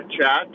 chat